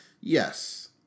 Yes